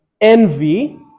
envy